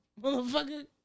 Motherfucker